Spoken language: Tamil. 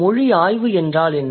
மொழி ஆய்வு என்றால் என்ன